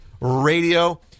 Radio